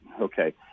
Okay